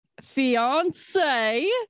Fiance